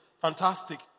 Fantastic